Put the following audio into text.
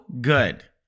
good